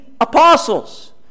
apostles